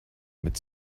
mit